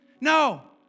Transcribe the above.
No